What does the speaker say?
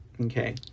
Okay